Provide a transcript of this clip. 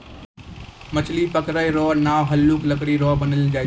मछली पकड़ै रो नांव हल्लुक लकड़ी रो बनैलो जाय छै